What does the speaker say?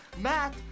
Matt